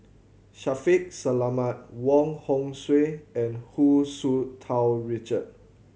Shaffiq Selamat Wong Hong Suen and Hu Tsu Tau Richard